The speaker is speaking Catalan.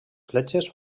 fletxes